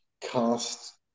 cast